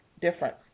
difference